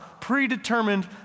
predetermined